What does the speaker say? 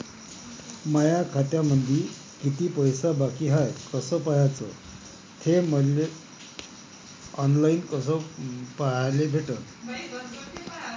माया खात्यामंधी किती पैसा बाकी हाय कस पाह्याच, मले थे ऑनलाईन कस पाह्याले भेटन?